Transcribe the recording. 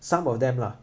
some of them lah